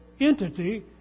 entity